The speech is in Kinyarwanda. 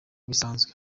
bisanzwe